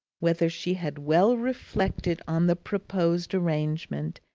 whether she had well reflected on the proposed arrangement,